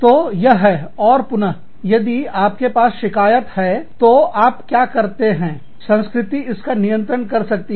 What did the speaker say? तो यह है और पुन यदि आपके पास शिकायत है तो आप क्या करते हैं संस्कृति इसका नियंत्रण कर सकती है